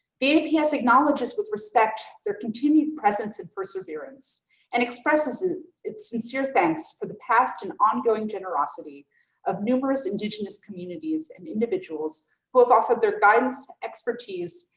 the aps acknowledges with respect their continued presence and perseverance and expresses its sincere thanks for the past and ongoing generosity of numerous indigenous communities and individuals who have offered their guidance, expertise,